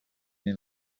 neu